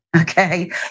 Okay